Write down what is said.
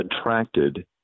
attracted